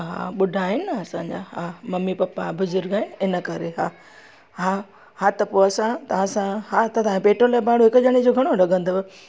हा ॿुढा आहिनि न असांजा हा ममी पपा बुज़ुर्ग आहिनि इन करे हा हा हा त पोइ असां तव्हां सां हा त तव्हांजो पेट्रोल जो भाड़ो हिकु ॼणे जो घणो लॻंदव